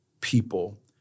people